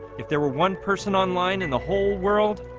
if there were one person online in the whole world